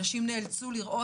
אנשים נאלצו לראות